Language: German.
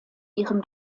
ihrem